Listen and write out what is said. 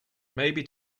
maybe